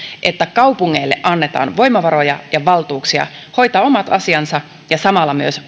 että kaupungeille annetaan voimavaroja ja valtuuksia hoitaa omat asiansa ja samalla myös